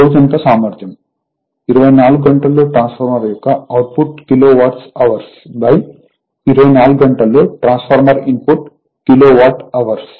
రోజంతా సామర్థ్యం 24 గంటల్లో ట్రాన్స్ఫార్మర్ యొక్క అవుట్పుట్ కిలో వాట్ హవర్స్ 24 గంటల్లో transformer input kilo watt hours